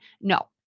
No